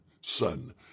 son